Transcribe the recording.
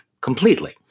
completely